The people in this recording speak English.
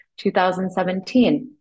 2017